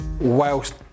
whilst